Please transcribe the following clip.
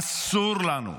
אסור לנו,